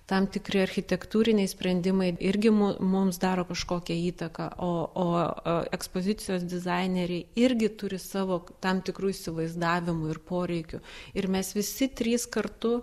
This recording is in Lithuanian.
tam tikri architektūriniai sprendimai irgi mu mums daro kažkokią įtaką o o e ekspozicijos dizaineriai irgi turi savo tam tikrų įsivaizdavimų ir poreikių ir mes visi trys kartu